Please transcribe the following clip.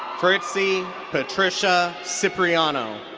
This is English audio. fritzy patricia so cipriano.